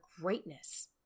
greatness